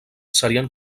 serien